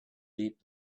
deep